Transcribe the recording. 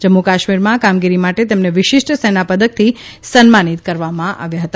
જમ્મુ કાશ્મિરમાં કામગીરી માટે તેમને વિશ્નિષ્ટ સેનાપદકથી સન્માનિત કરવામાં આવ્યા છે